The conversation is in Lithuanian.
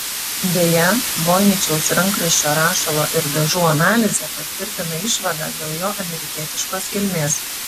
beje voiničiaus rankraščio rašalo ir dažų analizė patvirtina išvadą dėl jo amerikietiškos kilmės